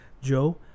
Joe